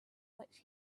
which